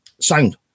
Sound